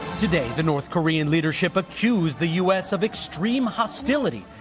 today the north korean leadership accused the u s. of extreme hostility,